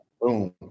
boom